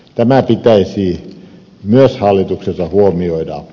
tämä pitäisi myös hallituksessa huomioida